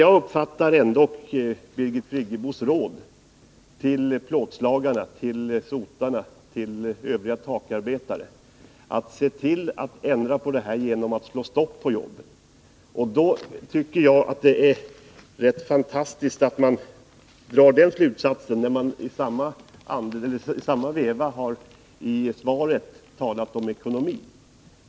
Jag uppfattar det ändå så att Birgit Friggebos råd till plåtslagarna, sotarna och övriga takarbetare innebär att de skall ändra på de rådande förhållandena genom att sätta stopp för jobben. Jag tycker att det är rätt fantastiskt att bostadsministern drar den slutsatsen trots att hon i svaret talar om ekonomin.